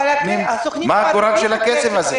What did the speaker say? מה הגורל של הכסף הזה?